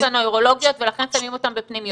הנוירולוגיות ולכן שמים אותם בפנימיות.